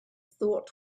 thought